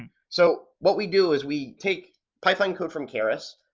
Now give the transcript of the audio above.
so what we do is we take python code from keris,